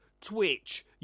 Twitch